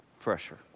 pressure